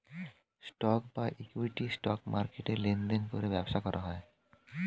stock বা equity, stock মার্কেটে লেনদেন করে ব্যবসা করা হয়